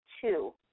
two